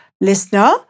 Listener